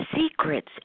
secrets